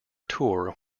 tour